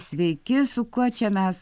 sveiki su kuo čia mes